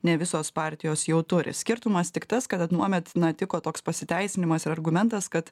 ne visos partijos jau turi skirtumas tik tas kad anuomet na tiko toks pasiteisinimas ir argumentas kad